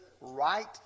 right